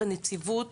בנציבות